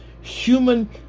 human